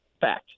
fact